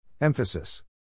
Emphasis